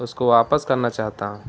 اس کو واپس کرنا چاہتا ہوں